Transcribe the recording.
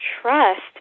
trust